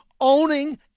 owning